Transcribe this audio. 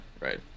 right